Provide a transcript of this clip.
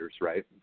right